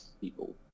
people